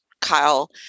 Kyle